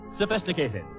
sophisticated